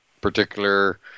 particular